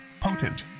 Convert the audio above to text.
potent